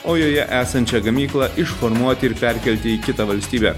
o joje esančią gamyklą išformuoti ir perkelti į kitą valstybę